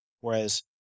Whereas